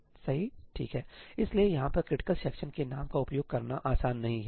ठीक है इसलिए यहां पर क्रिटिकल सेक्शन के नाम का उपयोग करना आसान नहीं है